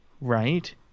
right